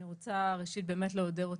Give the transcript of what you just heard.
אני רוצה להודות לך,